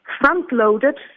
front-loaded